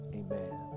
amen